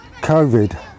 Covid